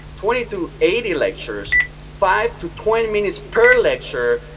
twenty to eighty lectures, five to twenty minutes per lecture,